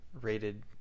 rated